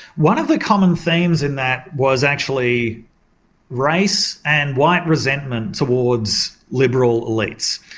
one of the common themes in that was actually race and white resentment towards liberal elites.